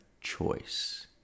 choice